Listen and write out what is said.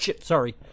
sorry